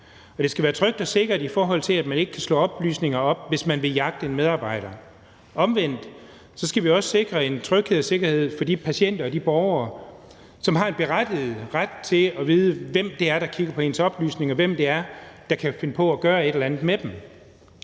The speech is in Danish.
det skal være trygt og sikkert i forhold til, at man ikke kan slå oplysninger op, hvis man vil jagte en medarbejder. Omvendt skal vi også sikre en tryghed og en sikkerhed for de patienter og de borgere, som har en berettiget ret til at vide, hvem det er, der kigger på ens oplysninger, og hvem det er, der kan finde på at gøre et eller andet med dem.